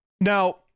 Now